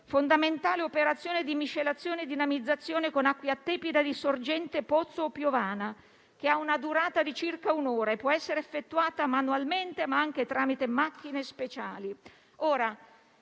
fondamentale operazione di miscelazione e dinamizzazione con acqua tiepida di sorgente, pozzo o piovana, che ha una durata di circa un'ora e può essere effettuata manualmente, ma anche tramite macchine speciali.